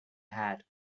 hat